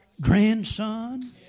grandson